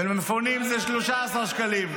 ומלפפונים זה 13 שקלים.